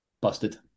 Busted